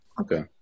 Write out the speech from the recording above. Okay